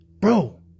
Bro